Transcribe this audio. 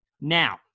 now